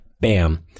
Bam